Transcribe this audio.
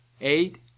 eight